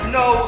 no